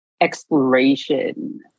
exploration